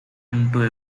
into